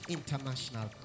International